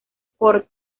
por